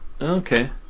Okay